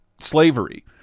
slavery